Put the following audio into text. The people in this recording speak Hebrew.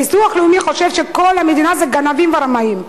הביטוח הלאומי חושב שכל המדינה זה גנבים ורמאים.